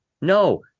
No